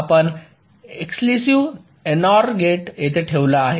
आपण exclusive NOR gate येथे ठेवला आहे